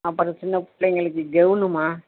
அப்புறம் சின்ன பிள்ளைங்களுக்கு கெவுனுமா